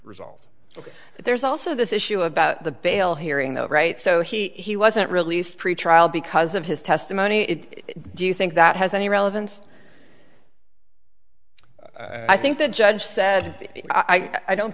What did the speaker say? resolved so there's also this issue about the bail hearing that right so he wasn't released pretrial because of his testimony do you think that has any relevance i think the judge said i don't